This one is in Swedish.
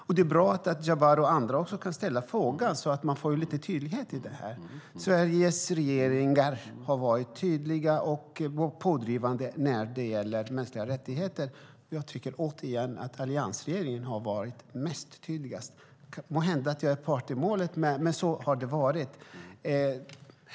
Det är också bra att Jabar och andra ställer frågor, så att man får lite tydlighet i det här. Sveriges regeringar har varit tydliga och pådrivande när det gäller mänskliga rättigheter. Jag tycker, återigen, att alliansregeringen har varit tydligast. Måhända påverkas jag av att jag är part i målet, men så har det varit.